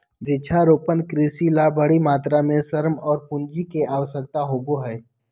वृक्षारोपण कृषि ला बड़ी मात्रा में श्रम और पूंजी के आवश्यकता होबा हई